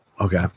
Okay